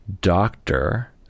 doctor